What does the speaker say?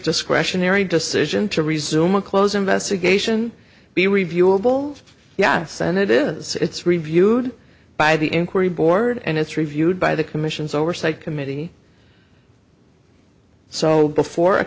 discretionary decision to resume a close investigation be reviewable yes and it is it's reviewed by the inquiry board and it's reviewed by the commission's oversight committee so before a